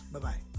Bye-bye